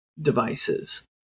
devices